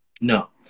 no